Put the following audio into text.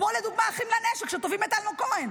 כמו לדוגמה אחים לנשק שתובעים את אלמוג כהן,